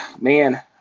man